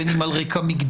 בין אם על רקע מגדרי,